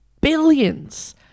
billions